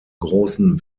großen